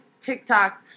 TikTok